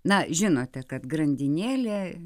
na žinote kad grandinėlė